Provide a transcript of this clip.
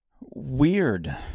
weird